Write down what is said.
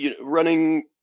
running